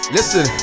Listen